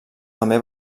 també